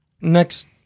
Next